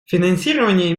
финансирование